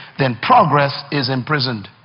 then progress is imprisoned.